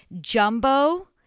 jumbo